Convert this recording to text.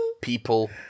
people